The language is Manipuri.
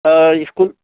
ꯑꯥ ꯁ꯭ꯀꯨꯜ